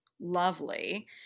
lovely